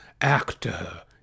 actor